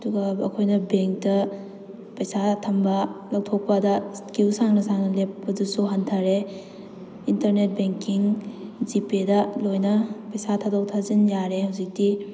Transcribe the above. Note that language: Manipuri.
ꯑꯗꯨꯒ ꯑꯩꯈꯣꯏꯅ ꯕꯦꯡꯇ ꯄꯩꯁꯥ ꯊꯝꯕ ꯂꯧꯊꯣꯛꯄꯗ ꯏꯁꯀ꯭ꯌꯨ ꯁꯥꯡꯅ ꯁꯥꯡꯅ ꯂꯦꯞꯄꯗꯨꯁꯨ ꯍꯟꯊꯔꯦ ꯏꯟꯇꯔꯅꯦꯠ ꯕꯦꯡꯀꯤꯡ ꯖꯤꯄꯦꯗ ꯂꯣꯏꯅ ꯄꯩꯁꯥ ꯊꯥꯗꯣꯛ ꯊꯥꯖꯤꯟ ꯌꯥꯔꯦ ꯍꯧꯖꯤꯛꯇꯤ